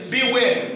Beware